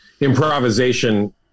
improvisation